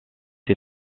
ces